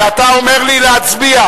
ואתה אומר לי להצביע,